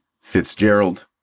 fitzgerald